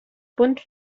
bunt